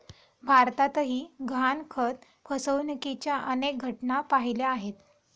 भारतातही गहाणखत फसवणुकीच्या अनेक घटना पाहिल्या आहेत